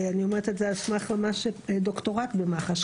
אני אומרת את זה על סמך דוקטורט במח"ש,